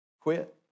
quit